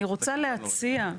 אני רוצה להציע,